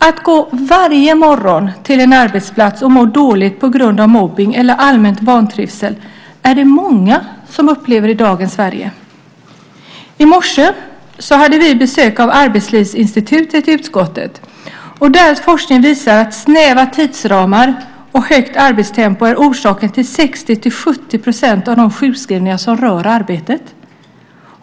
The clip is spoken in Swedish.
Att varje morgon gå till en arbetsplats och må dåligt på grund av mobbning eller allmän vantrivsel är det många som upplever i dagens Sverige. I morse hade vi besök av Arbetslivsinstitutet i utskottet. Deras forskning visar att snäva tidsramar och högt arbetstempo är orsaken till 60-70 % av de sjukskrivningar som rör arbetet.